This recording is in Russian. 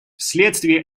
вследствие